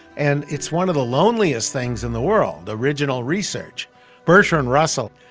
and it's one of the loneliest things in the world, original research bertrand russell,